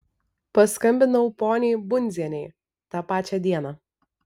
paskambinau poniai bundzienei tą pačią dieną